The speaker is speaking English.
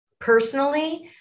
personally